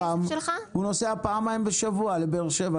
הוא גר בירוחם, הוא נוסע פעמיים בשבוע לבאר שבע.